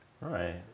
Right